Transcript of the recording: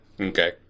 Okay